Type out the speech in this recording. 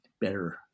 better